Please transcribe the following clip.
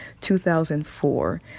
2004